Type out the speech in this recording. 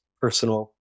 personal